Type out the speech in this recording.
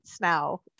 now